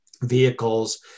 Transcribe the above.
vehicles